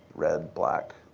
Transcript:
red, black,